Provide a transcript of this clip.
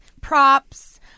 props